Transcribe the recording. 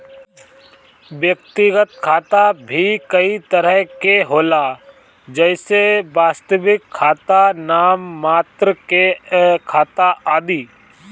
व्यक्तिगत खाता भी कई तरह के होला जइसे वास्तविक खाता, नाम मात्र के खाता आदि